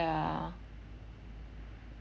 ya